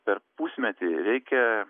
per pusmetį reikia